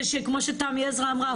זה שכמו שתמי עזרה אמרה,